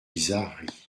bizarreries